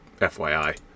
FYI